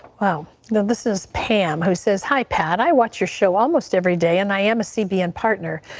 ah you know this is pam who says hi pat, i want your show almost every day and i am a cbn partner.